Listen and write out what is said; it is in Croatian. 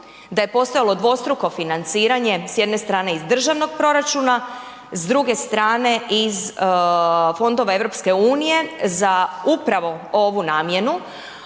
da je postojalo dvostruko financiranje, s jedne strane iz Državnog proračuna, s druge strane iz fondova EU za upravo ovu namjenu.